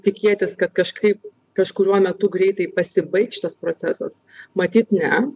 tikėtis kad kažkaip kažkuriuo metu greitai pasibaigs šitas procesas matyt ne